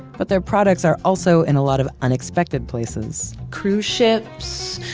but their products are also in a lot of unexpected places cruise ships,